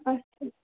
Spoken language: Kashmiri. اَچھا